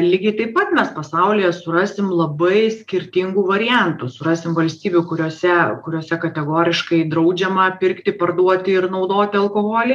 lygiai taip pat mes pasaulyje surasim labai skirtingų variantų surasim valstybių kuriose kuriose kategoriškai draudžiama pirkti parduoti ir naudoti alkoholį